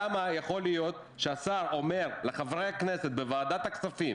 למה יכול להיות שהשר אומר לחברי הכנסת בוועדת הכספים